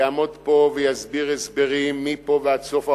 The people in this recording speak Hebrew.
יעמוד פה ויסביר הסברים מפה ועד סוף העולם,